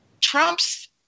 Trump's